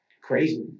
crazy